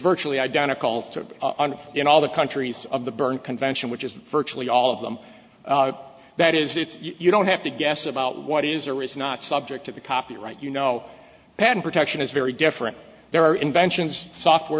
virtually identical to in all the countries of the berne convention which is virtually all of them that is it's you don't have to guess about what is or is not subject to the copyright you know patent protection is very different there are inventions software